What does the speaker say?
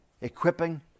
equipping